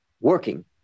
working